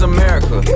America